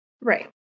Right